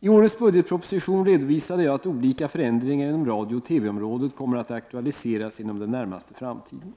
I årets budgetproposition redovisade jag att olika förändringar inom radiooch TV-området kommer att aktualiseras under den närmaste framtiden.